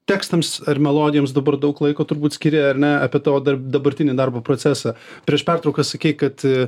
tekstams ar melodijoms dabar daug laiko turbūt skiri ar ne apie tavo darb dabartinį darbo procesą prieš pertrauką sakei kad